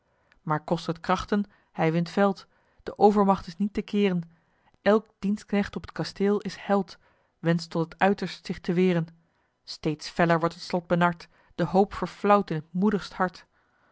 maar kost het krachten hij wint veld de overmacht is niet te keeren elk dienstkecht op t kasteel is held wenscht tot het uiterst zich te weren steeds feller wordt het slot benard de hoop verflauwt in t moedigst hart